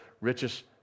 richest